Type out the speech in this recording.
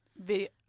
video